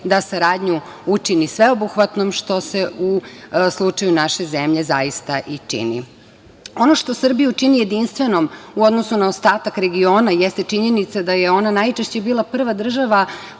da saradnju učini sveobuhvatnom, što se u slučaju naše zemlje zaista i čini. Ono što Srbiju čini jedinstvenom u odnosu na ostatak regiona jeste činjenica da je ona najčešće bila prva država